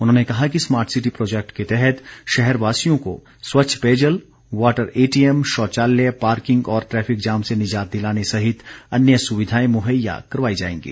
उन्होंने कहा कि स्मार्ट सिटी प्रोजेक्ट के तहत शहर वासियों को स्वच्छ पेयजल वाटर एटीएम शौचालय पार्किंग और ट्रैफिक जाम से निजात दिलाने सहित अन्य सुविधाएं मुहैया करवाई जाएंगी